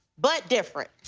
but different.